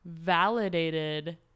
validated